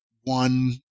one